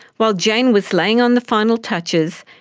while jane was laying on the final touches,